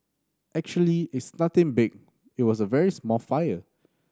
actually it's nothing big it was a very small fire